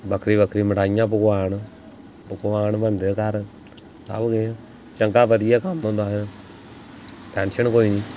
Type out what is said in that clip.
बक्खरी बक्खरी मिठाइयां पकवान पकवान बनदे घर सब्भ किश चंगा बधिया कम्म होंदा फिर टैंशन कोई निं